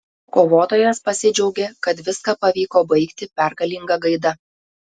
kovotojas pasidžiaugė kad viską pavyko baigti pergalinga gaida